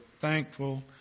thankful